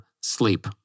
sleep